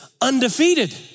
undefeated